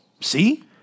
See